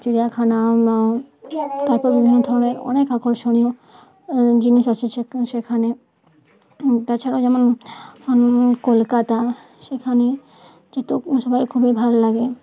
চিড়িয়াখানা তারপর বিভিন্ন ধরনের অনেক আকর্ষণীয় জিনিস আছে সেখানে তাছাড়াও যেমন কলকাতা সেখানে যেতেও সবাইয়ের খুবই ভালো লাগে